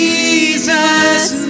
Jesus